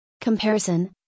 Comparison